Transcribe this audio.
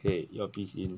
okay earpiece in